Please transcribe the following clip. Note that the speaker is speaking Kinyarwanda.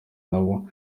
naho